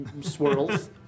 swirls